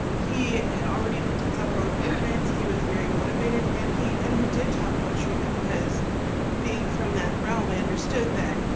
he had already looked at several apartments, he was very motivated, and and we did talk about treatment, because being from that realm, i understood that,